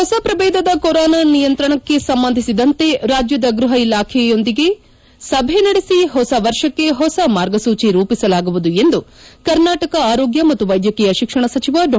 ಹೊಸ ಪ್ರಭೇದದ ಕೊರೊನಾ ನಿಯಂತ್ರಣಕ್ಕೆ ಸಂಬಂಧಿಸಿದಂತೆ ರಾಜ್ಯದ ಗ್ವಹ ಇಲಾಖೆಯೊಂದಿಗೆ ಸಭೆ ನಡೆಸಿ ಹೊಸ ವರ್ಷಕ್ಕೆ ಹೊಸ ಮಾರ್ಗಸೂಜಿ ರೂಪಿಸಲಾಗುವುದು ಎಂದು ಕರ್ನಾಟಕ ಆರೋಗ್ಯ ಮತ್ತು ವೈದ್ಯಕೀಯ ಶಿಕ್ಷಣ ಸಚಿವ ಡಾ